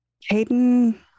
Hayden